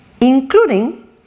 including